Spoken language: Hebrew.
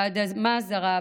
באדמה זרה,